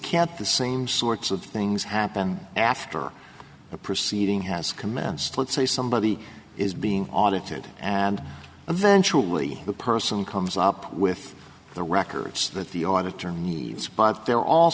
can't the same sorts of things happen after a proceeding has commenced let's say somebody is being audited and eventually the person comes up with the records that the auditor needs but they're all